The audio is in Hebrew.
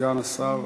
סגן שר הבריאות.